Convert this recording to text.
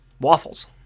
waffles